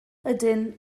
ydyn